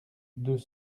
deux